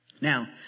Now